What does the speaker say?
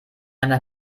einer